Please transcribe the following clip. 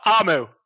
Amu